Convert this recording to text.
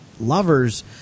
lovers